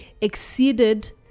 exceeded